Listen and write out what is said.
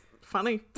funny